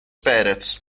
pérez